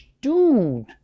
dude